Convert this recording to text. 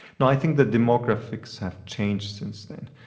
no, i think the demographics have changed since then.